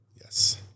Yes